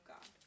God